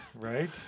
right